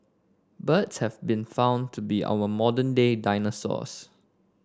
birds have been found to be our modern day dinosaurs